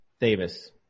Davis